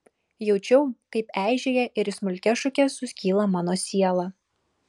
jaučiau kaip eižėja ir į smulkias šukes suskyla mano siela